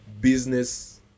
business